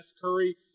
Curry